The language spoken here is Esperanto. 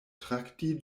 trakti